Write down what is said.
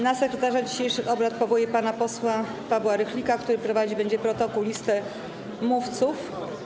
Na sekretarza dzisiejszych obrad powołuję pana posła Pawła Rychlika, który prowadzić będzie protokół i listę mówców.